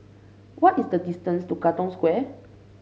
what is the distance to Katong Square